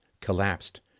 collapsed